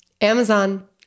Amazon